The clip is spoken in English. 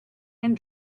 and